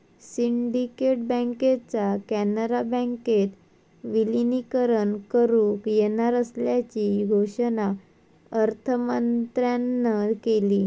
syndicate बँकेचा कॅनरा बँकेत विलीनीकरण करुक येणार असल्याची घोषणा अर्थमंत्र्यांन केली